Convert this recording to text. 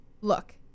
Look